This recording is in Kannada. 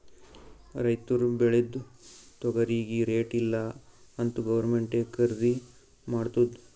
ರೈತುರ್ ಬೇಳ್ದಿದು ತೊಗರಿಗಿ ರೇಟ್ ಇಲ್ಲ ಅಂತ್ ಗೌರ್ಮೆಂಟೇ ಖರ್ದಿ ಮಾಡ್ತುದ್